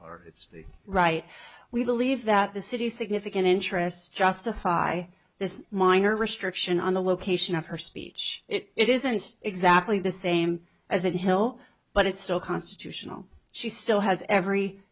the right we believe that the city significant interests justify this minor restriction on the location of her speech it isn't exactly the same as it hell but it's still constitutional she still has every